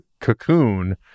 cocoon